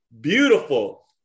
beautiful